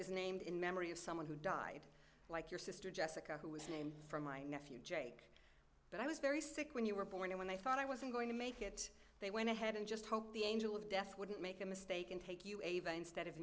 is named in memory of someone who died like your sister jessica who was named for my nephew jake but i was very sick when you were born and when they found i wasn't going to make it they went ahead and just hoped the angel of death wouldn't make a mistake and take you even instead of